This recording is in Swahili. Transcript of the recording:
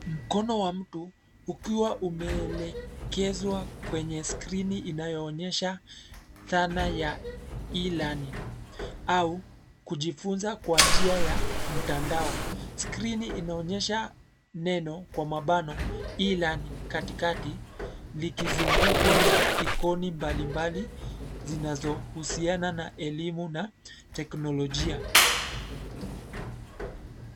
Mkono wa mtu, ukiwa umeelekezwa kwenye skrini inayoonyesha, dhana ya, e-learning , au, kujifunza kwa njia ya, mtandao, skrini inaonyesha, neno, kwa mabano, e-learning katikati, likizungukwa na ikoni mbali mbali, zinazohusiana na elimu na, teknolojia.